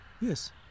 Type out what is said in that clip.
Yes